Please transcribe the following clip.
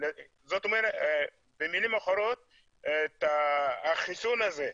במילים אחרות החיסון הזה,